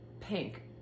pink